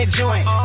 joint